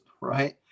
Right